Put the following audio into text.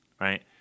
right